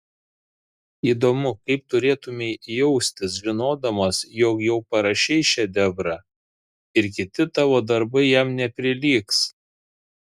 įdomu kaip turėtumei jaustis žinodamas jog jau parašei šedevrą ir kiti tavo darbai jam neprilygs